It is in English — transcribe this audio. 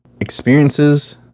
experiences